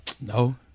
No